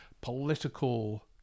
political